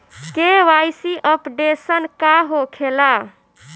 KYC updation का होखेला?